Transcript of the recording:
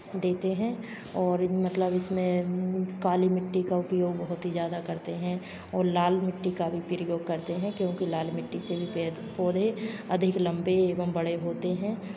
देते हैं और मतलब इसमें काली मिट्टी का उपयोग बहुत ही ज़्यादा करते हैं और लाल मिट्टी का भी प्रयोग करते हैं क्योंकि लाल मिट्टी से भी पेड़ पौधे अधिक लंबे एवं बड़े होते हैं